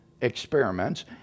experiments